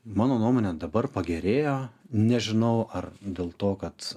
mano nuomone dabar pagerėjo nežinau ar dėl to kad